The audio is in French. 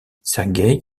sergueï